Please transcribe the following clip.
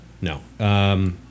No